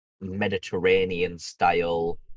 Mediterranean-style